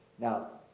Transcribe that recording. now,